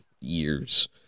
years